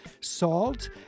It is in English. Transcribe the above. Salt